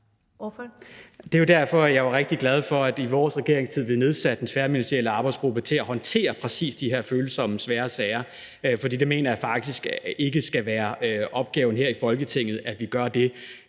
Det var jo derfor, jeg var rigtig glad for, at der i vores regeringstid blev nedsat den tværministerielle arbejdsgruppe til at håndtere præcis de her følsomme og svære sager. For jeg mener faktisk ikke, det skal være opgaven her i Folketinget, at vi gør det.